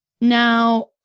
Now